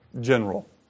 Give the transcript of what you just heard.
general